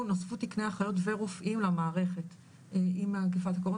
תקני אחיות ורופאים למערכת עם אכיפת הקורונה.